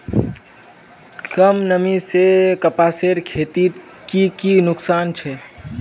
कम नमी से कपासेर खेतीत की की नुकसान छे?